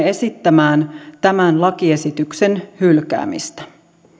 esittämään tämän lakiesityksen hylkäämistä